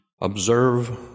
observe